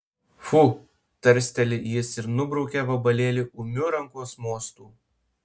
fu tarsteli jis ir nubraukia vabalėlį ūmiu rankos mostu